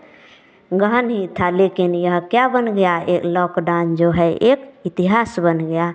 ग्रहण ही था लेकिन यह क्या बन गया यह लॉक डाउन जो है एक इतिहास बन गया